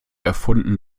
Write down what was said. erfunden